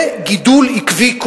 וגידול עקבי,